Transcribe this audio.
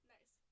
Nice